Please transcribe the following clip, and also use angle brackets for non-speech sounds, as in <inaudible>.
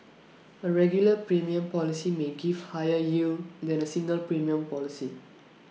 A regular premium policy may give higher yield than A single premium policy <noise>